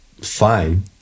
fine